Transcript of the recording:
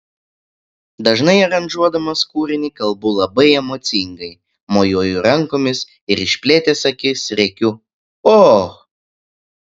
dažnai aranžuodamas kūrinį kalbu labai emocingai mojuoju rankomis ir išplėtęs akis rėkiu o